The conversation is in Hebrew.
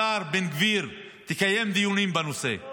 השר בן גביר, תקיים דיונים בנושא.